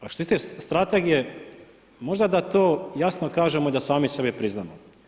A što se tiče strategije možda da to jasno kažemo i da sami sebi priznamo.